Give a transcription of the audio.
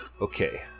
Okay